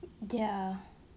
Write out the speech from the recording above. ya